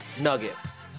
nuggets